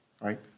right